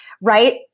right